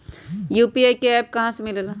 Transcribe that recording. UPI का app कहा से मिलेला?